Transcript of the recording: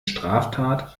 straftat